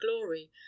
glory